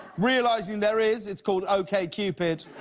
realizing there is, it's called okcupid.